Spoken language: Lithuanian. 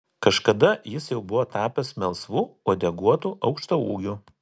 kažkada jis jau buvo tapęs melsvu uodeguotu aukštaūgiu